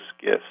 gifts